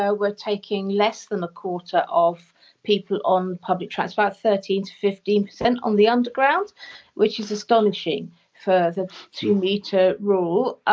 ah we're taking less than a quarter of people on public transport about thirteen fifteen and on the underground which is astonishing for the two-metre rule. ah